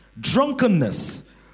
drunkenness